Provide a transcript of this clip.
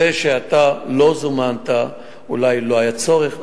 זה שאתה לא זומנת, אולי לא היה צורך.